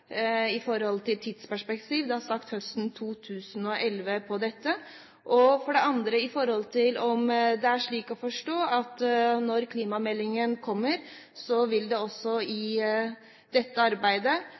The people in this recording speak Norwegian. tidsperspektiv er det på dette – det er sagt høsten 2011? For det andre: Er det slik å forstå at når klimameldingen kommer, vil det også